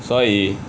所以